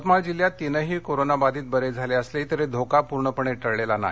यवतमाळ जिल्ह्यात तिनही कोरोना बाधित बरे झाले असले धोका पूर्णपणे टळला नाही